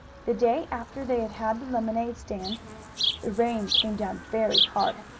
the day after they had had the lemonade stand the rain came down very hard.